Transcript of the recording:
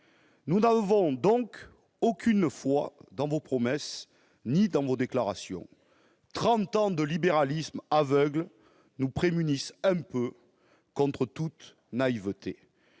Nous n'avons donc aucune foi dans vos promesses comme dans vos déclarations. Trente ans de libéralisme aveugle nous prémunissent- un peu ... -contre toute naïveté.